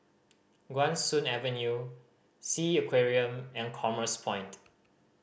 Guan Soon Avenue Sea Aquarium and Commerce Point